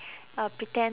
uh pretend